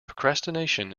procrastination